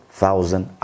thousand